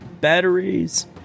batteries